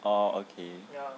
oh okay